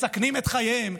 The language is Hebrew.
מסכנים את חייהם,